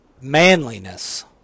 manliness